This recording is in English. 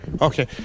Okay